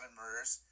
murders